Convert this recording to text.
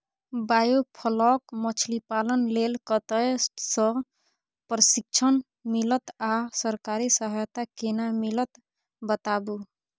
Biofloc मछलीपालन लेल कतय स प्रशिक्षण मिलत आ सरकारी सहायता केना मिलत बताबू?